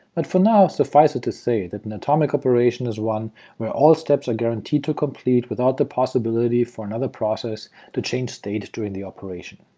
and for now, suffice it to say that an atomic operation is one where all steps are guaranteed to complete without the possibility for another process to change state during the operation.